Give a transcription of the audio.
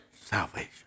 salvation